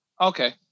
Okay